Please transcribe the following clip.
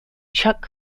chuck